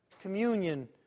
communion